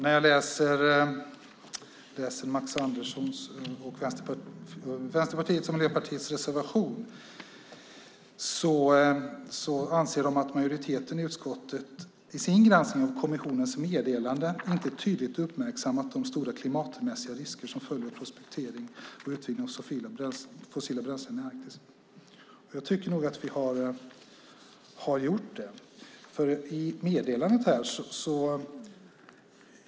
Fru talman! När jag läser Vänsterpartiets och Miljöpartiets reservation anser de att majoriteten i utskottet i sin granskning av kommissionens meddelande inte tydligt uppmärksammat de stora klimatmässiga risker som följer på prospektering och utvinning av fossila bränslen i Arktis. Jag tycker att vi har gjort det.